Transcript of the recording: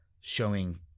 showing